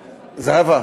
זהבה,